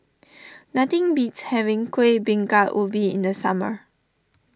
nothing beats having Kueh Bingka Ubi in the summer